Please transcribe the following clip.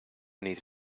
niet